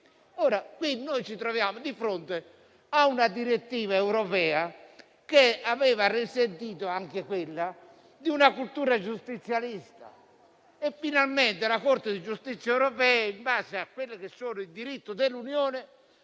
modello. Ci troviamo ora di fronte a una direttiva europea che aveva risentito, anche quella, di una cultura giustizialista, e finalmente la Corte di giustizia europea, in base al diritto dell'Unione,